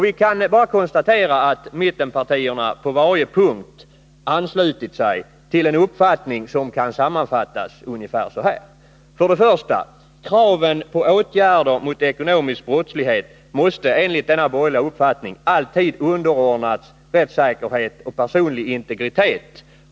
Vi kan bara konstatera att mittenpartierna på varje punkt anslutit sig till en uppfattning som kan sammanfattas ungefär så här: 1. Kraven på åtgärder mot ekonomisk brottslighet måste enligt denna uppfattning alltid underordnas rättssäkerhet och pesonlig integritet.